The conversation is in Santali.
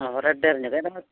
ᱚ ᱰᱷᱮᱨ ᱧᱚᱜ ᱜᱮᱭᱟ ᱫᱚᱢᱮ